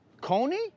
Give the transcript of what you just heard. Coney